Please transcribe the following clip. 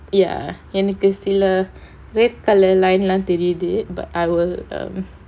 ya எனக்கு சில:enakku sila red colour line lah தெரியுது:theriyuthu but I will um